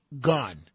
gun